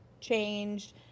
changed